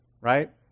right